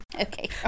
okay